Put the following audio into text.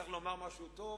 צריך לומר משהו טוב.